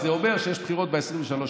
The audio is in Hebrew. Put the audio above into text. וזה אומר שיש בחירות ב-23 במרץ.